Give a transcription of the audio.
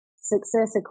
success